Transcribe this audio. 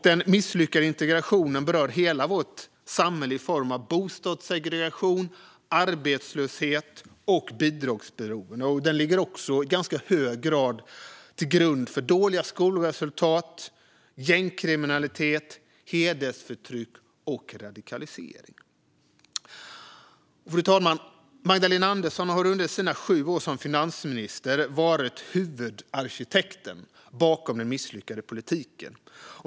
Den misslyckade integrationen berör hela vårt samhälle i form av bostadssegregation, arbetslöshet och bidragsberoende. Den ligger också i ganska hög grad till grund för dåliga skolresultat, gängkriminalitet, hedersförtryck och radikalisering. Fru talman! Magdalena Andersson har under sina sju år som finansminister varit huvudarkitekten bakom den misslyckade politiken.